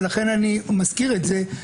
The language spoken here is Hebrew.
ולכן אני מזכיר את זה.